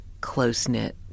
close-knit